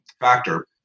factor